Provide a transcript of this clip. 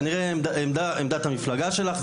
כנראה עמדת המפלגה שלך,